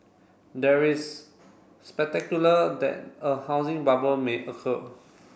there is spectacular that a housing bubble may occur